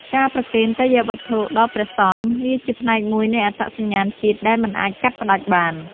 ការប្រគេនទេយ្យវត្ថុដល់ព្រះសង្ឃ វាជាផ្នែកមួយនៃអត្តសញ្ញាណជាតិដែលមិនអាចកាត់ផ្ដាច់បាន។